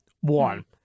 One